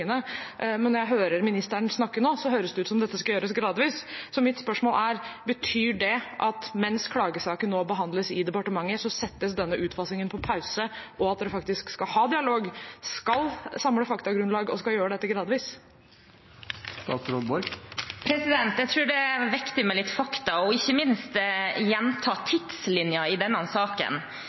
men når jeg hører ministeren snakke nå, høres det ut som om dette skal gjøres gradvis. Så mitt spørsmål er: Betyr det at mens klagesaken nå behandles i departementet, settes denne utfasingen på pause, og at man faktisk skal ha dialog, skal samle faktagrunnlag og skal gjøre dette gradvis? Jeg tror det er viktig med litt fakta, og ikke minst å gjenta tidslinjen i denne saken.